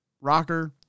Rocker